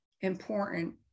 important